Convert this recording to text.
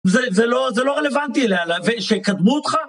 זה לא זה לא רלוונטי אליה, שיקדמו אותך?.